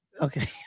Okay